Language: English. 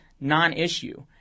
non-issue